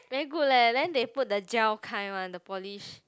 very good leh then they put the gel kind one the polish